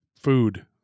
food